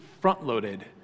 front-loaded